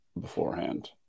beforehand